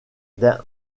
d’un